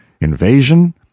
Invasion